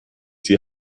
die